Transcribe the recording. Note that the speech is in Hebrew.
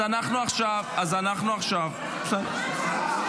היושב-ראש --- רגע,